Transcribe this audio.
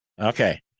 Okay